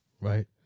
right